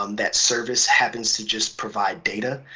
um that service happens to just provide data.